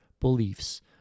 beliefs